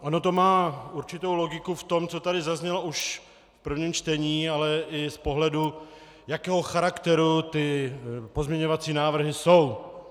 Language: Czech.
Ono to má určitou logiku v tom, co tady zaznělo už v prvním čtení, ale i v pohledu, jakého charakteru ty pozměňovací návrhy jsou.